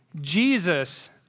Jesus